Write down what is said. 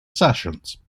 sessions